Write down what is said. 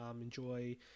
enjoy